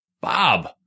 Bob